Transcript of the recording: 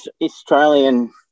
Australian